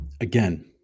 Again